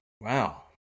wow